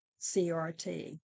CRT